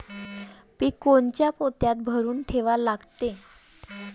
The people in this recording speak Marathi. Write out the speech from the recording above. पीक कोनच्या पोत्यात भरून ठेवा लागते?